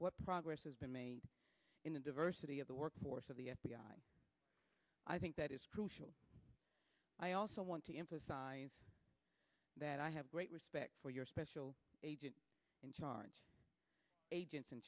what progress has been made in the diversity of the work force of the f b i i think that is crucial i also want to emphasize that i have great respect for your special agent in charge agents in